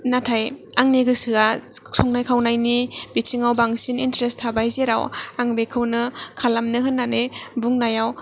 नाथाय आंनि गोसोआ संनाय खावनायनि बिथिङाव बांसिन इन्थारेसथ थाबाय जेराव आं बिखौनो खालामनो होननानै बुंनायाव